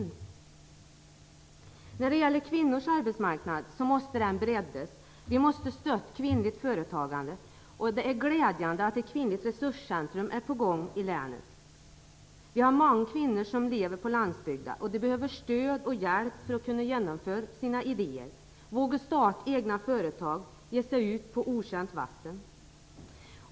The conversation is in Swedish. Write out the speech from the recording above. När det gäller kvinnors arbetsmarknad så måste den breddas. Vi måste stötta kvinnligt företagande, och det är glädjande att ett kvinnligt resurscentrum är på gång i länet. Vi har många kvinnor som lever på landsbygden, och de behöver stöd och hjälp för att kunna genomföra sina idéer, våga starta egna företag och ge sig ut på okänt vatten.